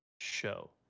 show